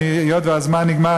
היות שהזמן נגמר,